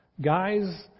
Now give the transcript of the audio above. Guys